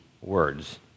words